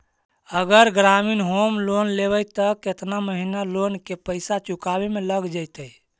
अगर ग्रामीण home loan लेबै त केतना महिना लोन के पैसा चुकावे में लग जैतै?